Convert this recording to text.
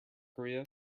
korea